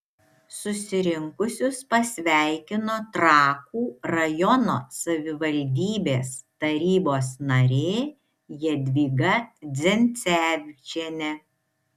susirinkusius pasveikino trakų rajono savivaldybės tarybos narė jadvyga dzencevičienė